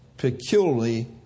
peculiarly